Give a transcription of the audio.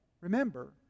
Remember